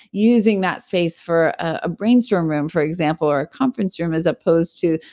using that space for a brainstorm room, for example, or a conference room as opposed to,